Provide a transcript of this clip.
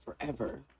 forever